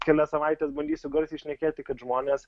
kelias savaites bandysiu garsiai šnekėti kad žmonės